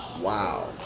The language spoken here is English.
Wow